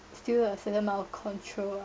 still a certain amount of control lah